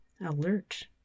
alert